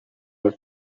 her